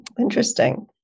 Interesting